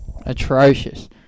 atrocious